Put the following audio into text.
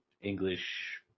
English